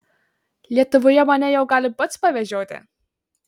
lietuvoje mane jau gali pats pavežioti